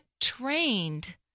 trained